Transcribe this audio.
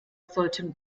sollten